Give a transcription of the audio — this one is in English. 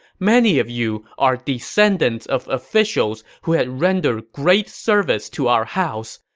many of you are descendants of officials who had rendered great service to our house.